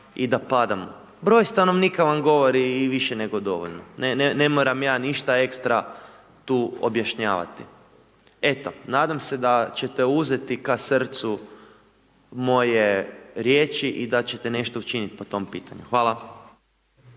i da padamo. Broj stanovnika vam govori i više nego dovoljno. Ne moram ja ništa ekstra tu objašnjavati. Eto, nadam se da ćete uzeti ka srcu moje riječi i da ćete nešto učiniti po tome pitanju. Hvala.